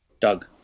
doug